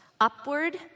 upward